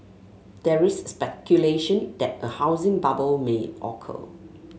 there is speculation that a housing bubble may occur